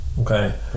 okay